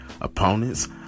opponents